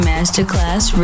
Masterclass